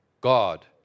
God